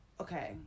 Okay